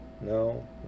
no